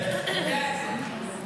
אתה יודע את זה.